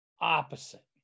opposite